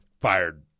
fired